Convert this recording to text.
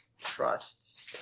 trust